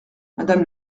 madame